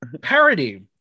Parody